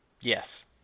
Yes